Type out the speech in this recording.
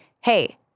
hey